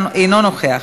אינו נוכח,